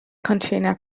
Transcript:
container